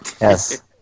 Yes